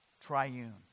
triune